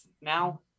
now